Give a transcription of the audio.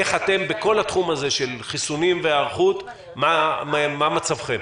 בכל התחום של חיסונים והיערכות מה מצבכם?